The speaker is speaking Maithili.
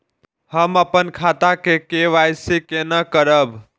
हम अपन खाता के के.वाई.सी केना करब?